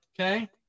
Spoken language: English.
Okay